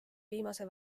viimase